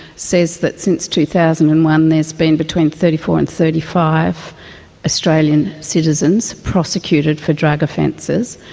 says that since two thousand and one there has been between thirty four and thirty five australian citizens prosecuted for drug offences.